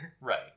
Right